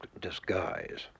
disguise